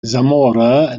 zamora